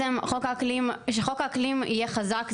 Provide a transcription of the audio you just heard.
חוק האקלים שיהיה חזק,